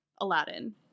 aladdin